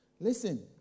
Listen